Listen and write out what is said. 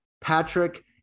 Patrick